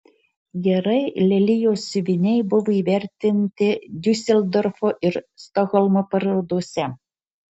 gerai lelijos siuviniai buvo įvertinti diuseldorfo ir stokholmo parodose